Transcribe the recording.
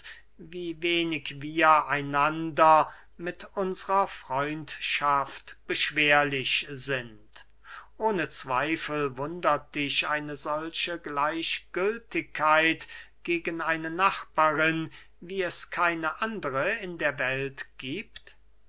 wie wenig wir einander mit unsrer freundschaft beschwerlich sind ohne zweifel wundert dich eine solche gleichgültigkeit gegen eine nachbarin wie es keine andere in der welt giebt